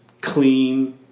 clean